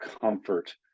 comfort